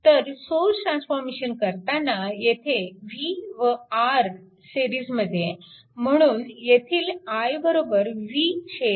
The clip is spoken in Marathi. तर सोर्स ट्रान्सफॉर्मेशन करताना येथे v व R सिरीज मध्ये म्हणून येथील i v R